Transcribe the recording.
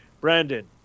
brandon